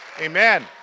Amen